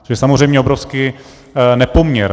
To je samozřejmě obrovský nepoměr.